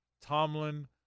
Tomlin